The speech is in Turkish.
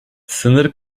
sınır